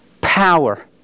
power